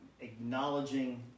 acknowledging